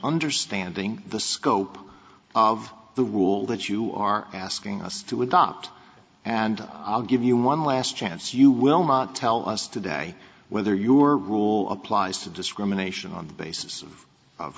understanding the scope of the rule that you are asking us to adopt and i'll give you one last chance you will not tell us today whether your rule applies to discrimination on the basis of